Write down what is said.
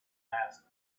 asked